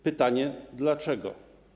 Pytanie dlaczego.